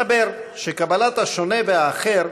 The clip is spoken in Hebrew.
מסתבר שקבלת השונה והאחר,